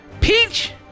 Peach